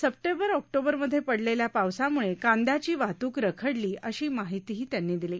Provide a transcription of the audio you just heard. September ऑक्टोबरमधे पडलेल्या पावसामुळे कांदयांची वाहतूक रखडली अशी माहितीही त्यांनी दिली